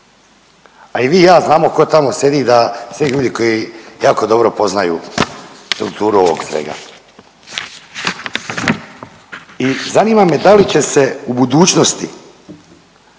a i vi i ja znamo ko tamo sjedi, da sjede ljudi koji jako dobro poznaju strukturu ovog svega. I zanima me da li će se u budućnosti